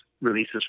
releases